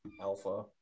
alpha